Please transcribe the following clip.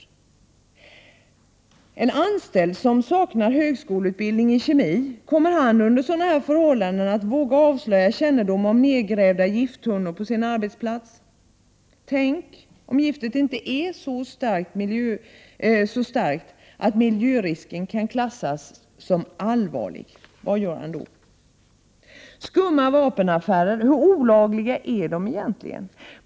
Kommer en anställd som saknar högskoleutbildning i kemi att under dessa förhållanden våga avslöja kännedom om nedgrävda gifttunnor på sin arbetsplats? Tänk om giftet inte är så starkt att miljörisken kan klassas som allvarlig! Vad gör han då? Skumma vapenaffärer — hur olagliga är de egentligen?